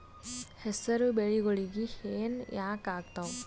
ಹೆಸರು ಬೆಳಿಗೋಳಿಗಿ ಹೆನ ಯಾಕ ಆಗ್ತಾವ?